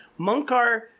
Munkar